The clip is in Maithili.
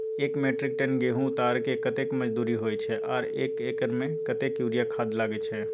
एक मेट्रिक टन गेहूं उतारेके कतेक मजदूरी होय छै आर एक एकर में कतेक यूरिया खाद लागे छै?